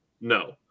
No